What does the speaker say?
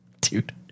Dude